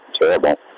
terrible